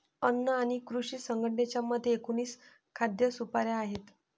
अन्न आणि कृषी संघटनेच्या मते, एकोणीस खाद्य सुपाऱ्या आहेत